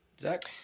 Zach